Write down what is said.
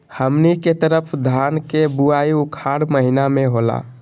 हमनी के तरफ धान के बुवाई उखाड़ महीना में होला